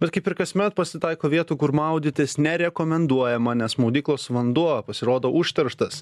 bet kaip ir kasmet pasitaiko vietų kur maudytis nerekomenduojama nes maudyklos vanduo pasirodo užterštas